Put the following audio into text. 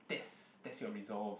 that's that's your resolve